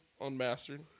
unmastered